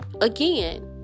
again